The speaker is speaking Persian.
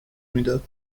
میداد